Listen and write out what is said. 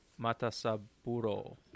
Matasaburo